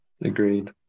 Agreed